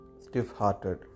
stiff-hearted